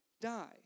die